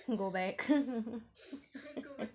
go back